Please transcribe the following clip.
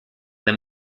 them